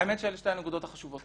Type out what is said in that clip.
האמת שאלה שתי הנקודות החשובות.